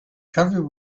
covered